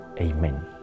Amen